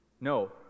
No